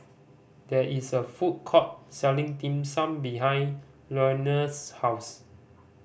there is a food court selling Dim Sum behind Lenore's house